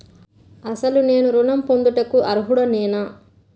అసలు నేను ఋణం పొందుటకు అర్హుడనేన?